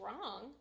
wrong